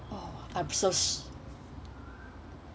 oh I'm so